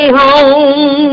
home